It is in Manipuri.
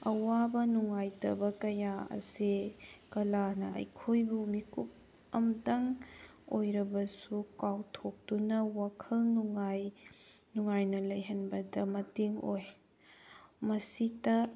ꯑꯋꯥꯕ ꯅꯨꯡꯉꯥꯏꯇꯕ ꯀꯌꯥ ꯑꯁꯦ ꯀꯂꯥꯅ ꯑꯩꯈꯣꯏꯕꯨ ꯃꯤꯀꯨꯞ ꯑꯃꯇꯪ ꯑꯣꯏꯔꯕꯁꯨ ꯀꯥꯎꯊꯣꯛꯇꯨꯅ ꯋꯥꯈꯜ ꯅꯨꯡꯉꯥꯏ ꯅꯨꯡꯉꯥꯏꯅ ꯂꯩꯍꯟꯕꯗ ꯃꯇꯦꯡ ꯑꯣꯏ ꯃꯁꯤꯇ